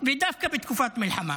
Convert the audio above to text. ודווקא בתקופת מלחמה.